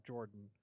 Jordan